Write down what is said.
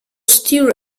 steal